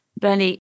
bernie